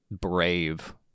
brave